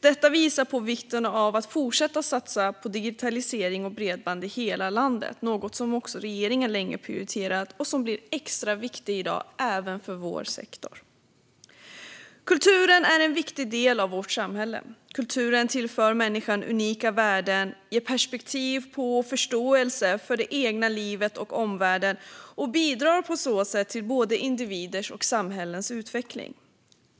Detta visar på vikten av att fortsätta att satsa på digitalisering och bredband i hela landet, något som regeringen länge prioriterat och som blir extra viktigt i dag även för vår sektor. Kulturen är en viktig del av vårt samhälle. Kulturen tillför människan unika värden, ger perspektiv på och förståelse för det egna livet och omvärlden och bidrar på så sätt till både individers och samhällens utveckling.